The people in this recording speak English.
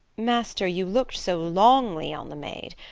master, you look'd so longly on the maid.